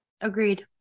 Agreed